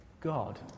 God